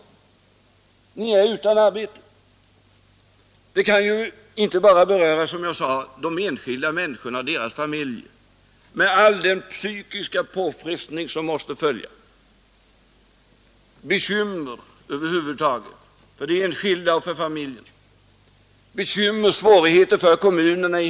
Det kan ju inte bara, som jag sade, beröra de enskilda människorna och deras familjer med all den psykiska påfrestning som bekymmer över huvud taget för de enskilda och för måste följa, familjerna. Det blir också bekymmer och svårigheter för kommunerna.